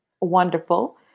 wonderful